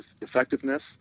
effectiveness